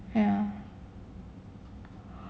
ya